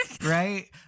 right